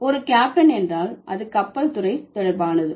ஒரு கேப்டன் என்றால் அது கப்பல் துறைதொடர்பானது